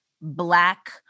black